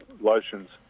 lotions